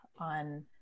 on